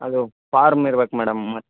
ಅದು ಫಾರ್ಮ್ ಇರ್ಬೇಕು ಮೇಡಮ್ ಮತ್